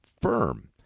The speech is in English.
firm